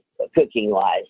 cooking-wise